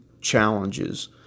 challenges